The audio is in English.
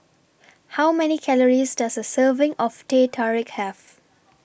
How Many Calories Does A Serving of Teh Tarik Have